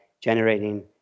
generating